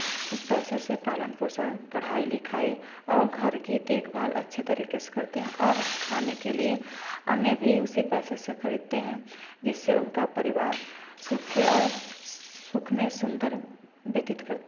उस पैसे से पालन पोषण पढ़ाई लिखाई और घर की देखभाल अच्छे तरीके से करते हैं और खान के लिए अन्न भी उसी पैसे से खरीदते हैं जिससे उनका परिवार सुखी और सुखमय सुंदर व्यतीत करता